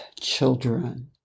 Children